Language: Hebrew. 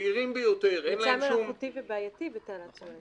מוצא מלאכותי ובעייתי בתעלת סואץ.